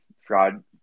fraud